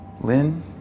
Lynn